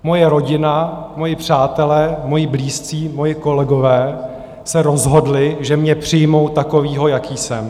Moje rodina, moji přátelé, moji blízcí, moji kolegové se rozhodli, že mě přijmou takového, jaký jsem.